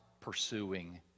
pursuing